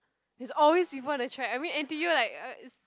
is always people on the track I mean N_T_U like uh is